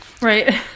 Right